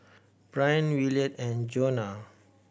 Bryan Williard and Johanna